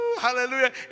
Hallelujah